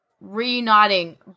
reuniting